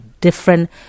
different